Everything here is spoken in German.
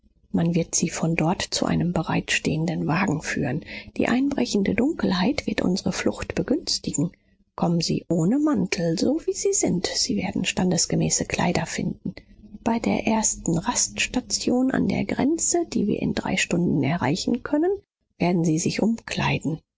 man wird sie von dort zu einem bereitstehenden wagen führen die einbrechende dunkelheit wird unsre flucht begünstigen kommen sie ohne mantel so wie sie sind sie werden standesgemäße kleider finden bei der ersten raststation an der grenze die wir in drei stunden erreichen können werden sie sich umkleiden